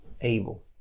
able